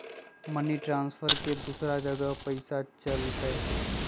Money transfer से दूसरा जगह पईसा चलतई?